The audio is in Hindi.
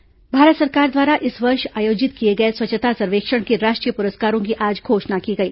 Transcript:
स्वच्छता सर्वेक्षण भारत सरकार द्वारा इस वर्ष आयोजित किए गए स्वच्छता सर्वेक्षण के राष्ट्रीय पुरस्कारों की आज घोषणा की गई